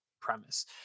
premise